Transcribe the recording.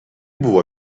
buvo